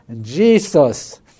Jesus